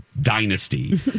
Dynasty